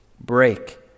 break